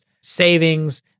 savings